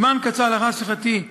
זמן קצר לאחר שיחתי עמו,